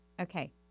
Okay